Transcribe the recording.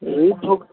ଏଇ